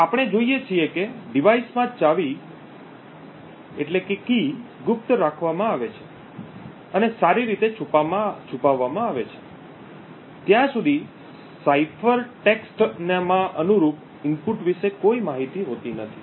તો આપણે જોઈએ છીએ કે ડિવાઇસમાં ચાવી ગુપ્ત રાખવામાં આવે છે અને સારી રીતે છુપાવવામાં આવે છે ત્યાં સુધી સાઇફર ટેક્સ્ટમાં અનુરૂપ ઇનપુટ વિશે કોઈ માહિતી હોતી નથી